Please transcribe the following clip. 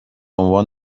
عنوان